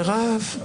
מרב,